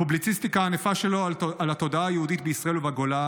הפובליציסטיקה הענפה שלו על התודעה היהודית בישראל ובגולה,